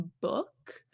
book